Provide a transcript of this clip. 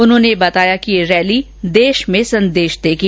उन्होंने बताया कि यह रैली देश में संदेश देगी